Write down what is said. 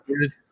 dude